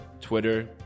Twitter